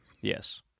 Yes